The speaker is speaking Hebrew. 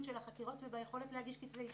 של החקירות וביכולת להגיש כתבי אישום.